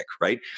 right